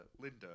Linda